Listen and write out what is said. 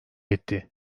etti